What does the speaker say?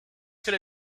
could